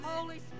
Holy